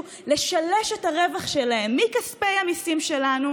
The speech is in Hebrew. לשלש את הרווח שלהן מכספי המיסים שלנו,